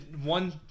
One –